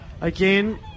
again